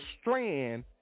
strand